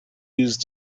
used